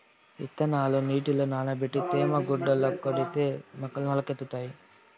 ఇత్తనాలు నీటిలో నానబెట్టి తేమ గుడ్డల కడితే మొలకెత్తుతాయి